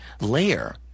layer